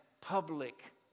public